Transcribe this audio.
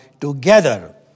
together